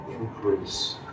increase